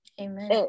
Amen